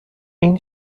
این